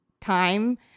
time